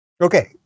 Okay